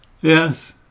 Yes